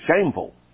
shameful